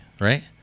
right